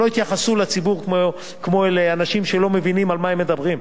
שלא יתייחסו לציבור כמו אל אנשים שלא מבינים על מה הם מדברים.